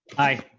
i.